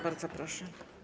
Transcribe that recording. Bardzo proszę.